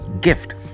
gift